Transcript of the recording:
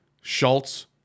Schultz